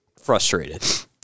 frustrated